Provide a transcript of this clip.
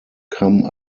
come